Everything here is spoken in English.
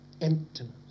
emptiness